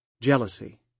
jealousy